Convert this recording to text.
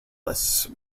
lists